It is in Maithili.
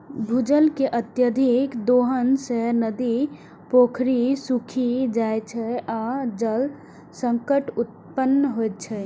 भूजल के अत्यधिक दोहन सं नदी, पोखरि सूखि जाइ छै आ जल संकट उत्पन्न होइ छै